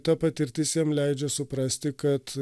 ta patirtis jam leidžia suprasti kad